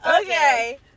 Okay